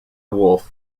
woolf